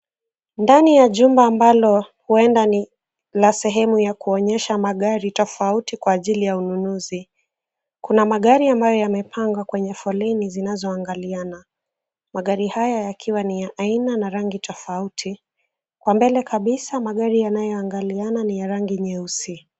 Ndani ya jumba ambalo huenda ni la sehemu ya kuonyesha magari tofauti kwa ajili ya ununuzi. Kuna magari ambayo yamepangwa kwenye foleni zinazoangaliana. Magari hayo yakiwa ni ya aina na rangi tofauti. Kwa mbele kabisa magari yanayoangaliana ni ya rangi nyeusi.